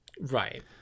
right